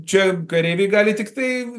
čia kareiviai gali tiktai